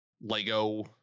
Lego